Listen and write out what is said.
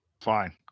Fine